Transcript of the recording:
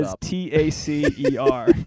T-A-C-E-R